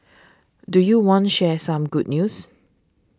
do you want share some good news